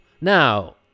now